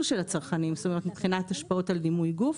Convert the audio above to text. של הצרכנים מבחינת השפעות על דימוי גוף.